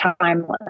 timeless